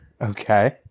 Okay